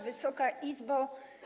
Wysoka Izbo!